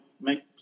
make